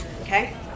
okay